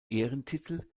ehrentitel